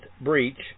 Breach